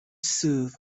soothe